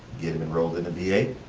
get him enrolled in the v a.